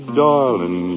darling